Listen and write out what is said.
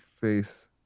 face